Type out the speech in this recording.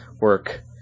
work